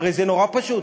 הרי זה נורא פשוט.